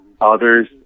Others